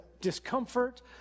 discomfort